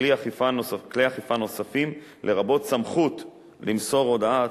כלי אכיפה נוספים, לרבות סמכות למסור הודעת